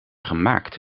gemaakt